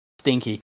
Stinky